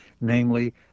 namely